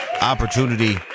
opportunity